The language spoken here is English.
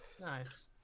Nice